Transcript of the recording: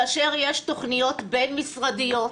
כאשר יש תכניות בין-משרדיות,